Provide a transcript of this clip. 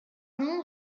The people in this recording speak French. nom